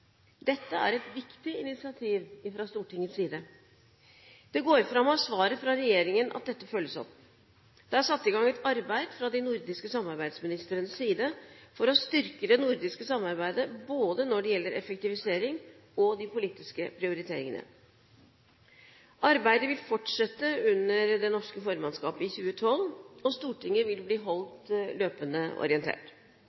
Dette er et viktig initiativ fra Stortingets side. Det går fram av svaret fra regjeringen at dette følges opp. Det er satt i gang et arbeid fra de nordiske samarbeidsministrenes side for å styrke det nordiske samarbeidet både når det gjelder effektivisering og de politiske prioriteringene. Arbeidet vil fortsette under det norske formannskapet i 2012, og Stortinget vil bli holdt